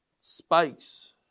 spikes